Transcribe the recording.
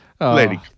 lady